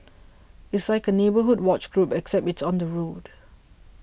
it's like a neighbourhood watch group except it's on the road